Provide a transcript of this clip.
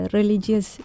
Religious